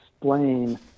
explain